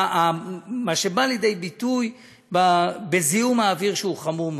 מה שבא לידי ביטוי בזיהום האוויר, שהוא חמור מאוד.